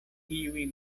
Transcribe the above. tiuj